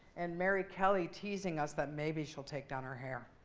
and mary kelly teasing us that maybe she'll take down her hair.